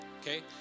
okay